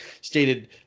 stated